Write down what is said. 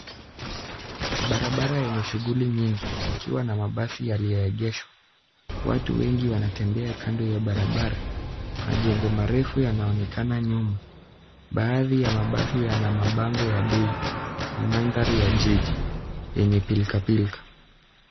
Barabara yenye shughuli nyingi ikiwa na mabasi yaliyoegeshwa. Watu wengi wanatembea kando ya barabara. Majengo marefu yanaonekana nyuma. Baadhi ya mabasi yana mabango ya bei. Ni mandhari ya jiji yenye pilikapilika.